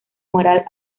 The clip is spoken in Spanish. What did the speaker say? moral